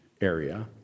area